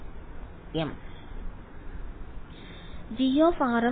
വിദ്യാർത്ഥി g